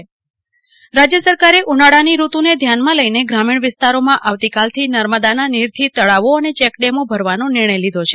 કલ્પના Shah Kutch Narmada નીર રાજ્ય સરકારે ઉનાળાની ઋતુને ધ્યાનમાં લઈને ગ્રામીણ વિસ્તારોમાં આવતીકાલથી નર્મદાના નીરથી તળાવો અને ચેકડેમો ભરવાનો નિર્ણય લીધો છે